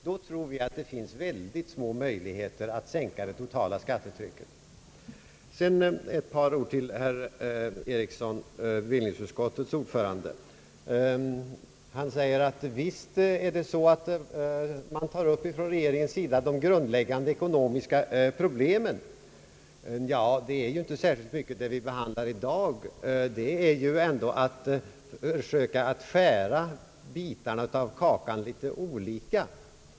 Då tror vi att det finns mycket små möjligheter att sänka det totala skattetrycket. Sedan ett par ord till herr Ericsson, bevillningsutskottets ordförande. Han säger att visst är det så att man från regeringens sida tar upp de grundläggande ekonomiska problemen. Det är inte särskilt mycket av detta i det vi behandlar i dag. Det är att försöka skära bitarna av kakan litet olika.